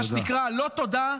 מה שנקרא: לא תודה,